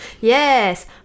Yes